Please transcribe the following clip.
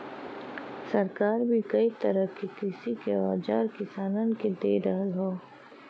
सरकार भी कई तरह क कृषि के औजार किसानन के दे रहल हौ